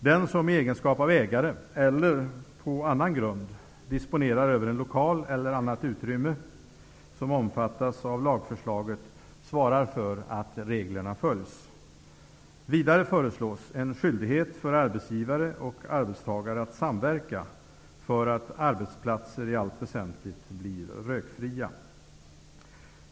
Den som i egenskap av ägare eller på annan grund disponerar över en lokal eller annat utrymme som omfattas av lagförslaget svarar för att reglerna följs. Vidare föreslås en skyldighet för arbetsgivare och arbetstagare att samverka för att arbetsplatser i allt väsentligt blir rökfria.